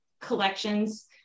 collections